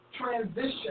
transition